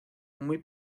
muy